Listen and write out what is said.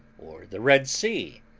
or the red sea,